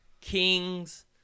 kings